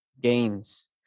gains